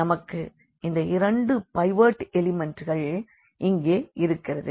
ஆகவே நமக்கு இந்த இரண்டு பைவட் எலிமெண்ட்டுகள் இங்கு இருக்கிறது